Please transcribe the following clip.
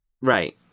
Right